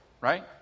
right